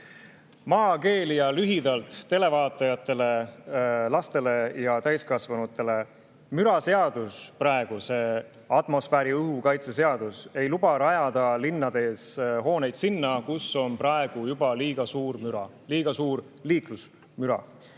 Maakeeli ja lühidalt televaatajatele, lastele ja täiskasvanutele: müra [reguleeriv] seadus ehk atmosfääriõhu kaitse seadus ei luba rajada linnades hooneid sinna, kus on praegu juba liiga suur müra, liiklusmüra.